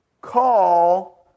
call